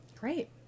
Great